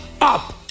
up